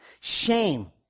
Shame